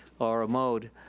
or a mode.